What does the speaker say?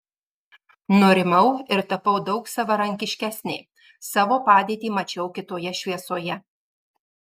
nurimau ir tapau daug savarankiškesnė savo padėtį mačiau kitoje šviesoje